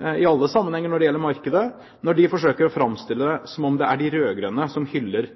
når det gjelder markedet – når de forsøker å framstille det som om det er de rød-grønne som hyller